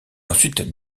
ensuite